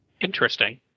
interesting